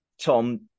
Tom